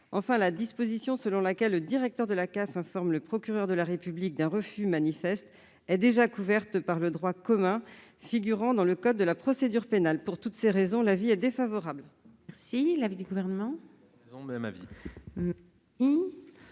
Enfin, la disposition, selon laquelle le directeur de la CAF informe le procureur de la République d'un refus manifeste, est déjà couverte par le droit commun figurant dans le code de procédure pénale. Pour toutes ces raisons, l'avis est défavorable.